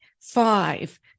five